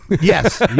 Yes